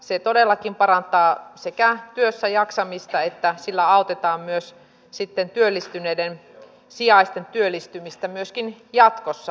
se todellakin sekä parantaa työssäjaksamista että sillä autetaan työllistyneiden sijaisten työllistymistä myöskin jatkossa